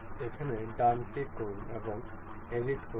এখানে ডান ক্লিক করুন এবং এডিট করুন